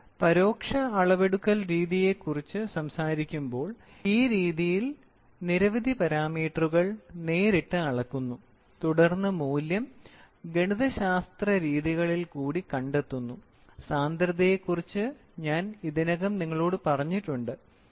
നമ്മൾ പരോക്ഷ അളവെടുക്കൽ രീതിയെക്കുറിച്ച് സംസാരിക്കുമ്പോൾ ഈ രീതിയിൽ നിരവധി പാരാമീറ്ററുകൾ നേരിട്ട് അളക്കുന്നു തുടർന്ന് മൂല്യം ഗണിതശാസ്ത്ര രീതികളിൽ കൂടി കണ്ടെത്തുന്നു സാന്ദ്രതയെക്കുറിച്ച് ഞാൻ ഇതിനകം നിങ്ങളോട് പറഞ്ഞിട്ടുണ്ട്